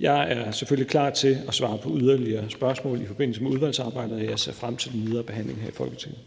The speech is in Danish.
Jeg er selvfølgelig klar til at svare på yderligere spørgsmål i forbindelse med udvalgsarbejdet, og jeg ser frem til den videre behandling her i Folketinget.